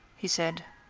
he said,